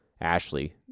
Ashley